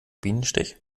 bienenstich